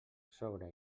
sogra